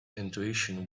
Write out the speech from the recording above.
intuition